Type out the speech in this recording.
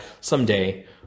someday